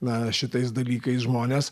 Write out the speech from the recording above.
na šitais dalykais žmones